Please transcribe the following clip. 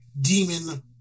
demon